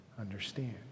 understand